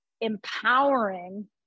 empowering